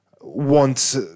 want